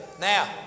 Now